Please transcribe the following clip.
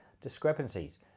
Discrepancies